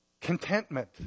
Contentment